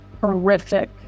horrific